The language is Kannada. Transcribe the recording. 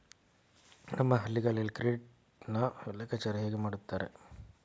ನಮ್ಮ ಹಳ್ಳಿಗಳಲ್ಲಿ ಕ್ರೆಡಿಟ್ ನ ಲೆಕ್ಕಾಚಾರ ಹೇಗೆ ಮಾಡುತ್ತಾರೆ?